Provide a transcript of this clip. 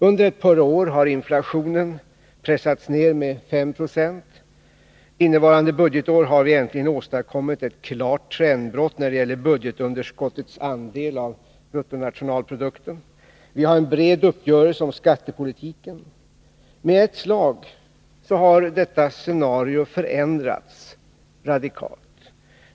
Under ett par år har inflationen pressats ned med 5 90. Innevarande budgetår har vi äntligen åstadkommit ett klart trendbrott när det gäller budgetunderskottets andel av bruttonationalprodukten. Vi har en bred uppgörelse om skattepolitiken. Men i ett slag har detta scenario förändrats radikalt.